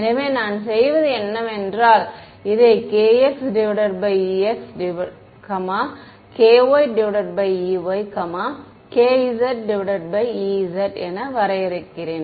எனவே நான் செய்வது என்னவென்றால் இதை kx ex ky ey kzez என வரையறுக்கிறேன்